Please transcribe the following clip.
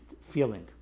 feeling